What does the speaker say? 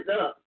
up